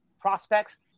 prospects